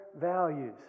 values